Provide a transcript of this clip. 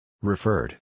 Referred